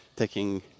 Taking